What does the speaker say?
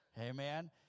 Amen